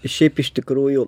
šiaip iš tikrųjų